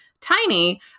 tiny